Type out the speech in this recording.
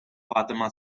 fatima